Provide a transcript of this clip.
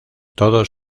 todos